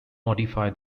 modify